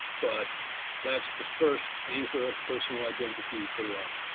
but that's the first anchor of personal identity for locke.